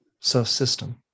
subsystem